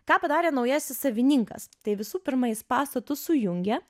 ką padarė naujasis savininkas tai visų pirma jis pastatus sujungė